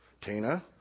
Tina